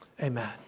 Amen